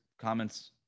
comments